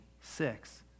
six